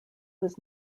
was